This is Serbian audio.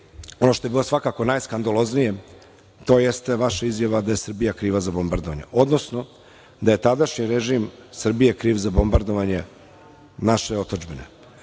ono što je bila svakako najskandaloznije, to jeste vaša izjava da je Srbija kriva za bombardovanje, odnosno da je tadašnji režim Srbije kriv za bombardovanje naše otadžbine.